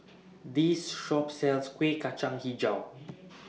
This Shop sells Kueh Kacang Hijau